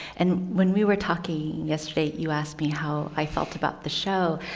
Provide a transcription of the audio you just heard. and when we were talking yesterday, you asked me how i felt about the show.